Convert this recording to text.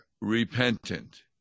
repentant